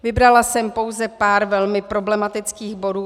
Vybrala jsem pouze pár velmi problematických bodů.